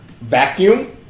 Vacuum